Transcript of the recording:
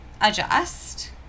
adjust